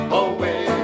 away